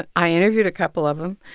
ah i interviewed a couple of them.